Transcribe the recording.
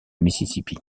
mississippi